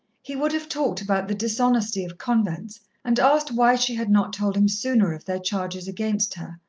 he would have talked about the dishonesty of convents, and asked why she had not told him sooner of their charges against her,